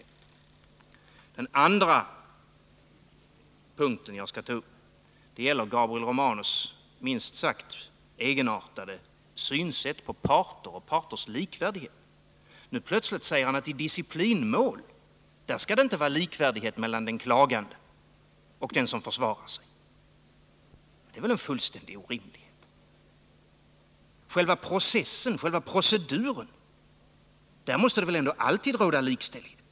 Det andra jag vill ta upp här gäller Gabriel Romanus minst sagt egenartade synsätt på parter och parters likvärdighet. Nu plötsligt säger han att det i disciplinmål inte skall råda likvärdighet mellan den klagande och den som försvarar sig. Men det är väl en fullständig orimlighet! I själva proceduren måste det väl ändå alltid råda likställighet.